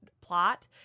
plot